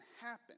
happen